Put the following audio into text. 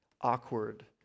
awkward